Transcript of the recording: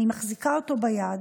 אני מחזיקה אותו ביד.